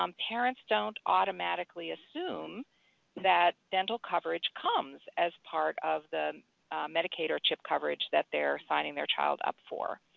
um parents don't automatically assume that dental coverage comes as part of the medicaid or chip coverage that they're signing their child up for.